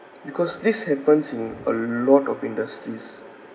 because this happens in a lot of industries